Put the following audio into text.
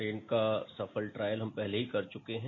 train का सफल trial हम पहले ही कर चुके हैं